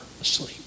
asleep